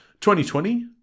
2020